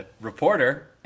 reporter